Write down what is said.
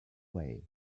way